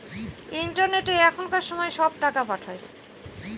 ইন্টারনেটে এখনকার সময় সব টাকা পাঠায়